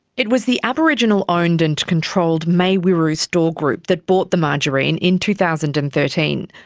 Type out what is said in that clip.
it was the aboriginal owned and controlled mai wiru store group that bought the margarine in two thousand and thirteen.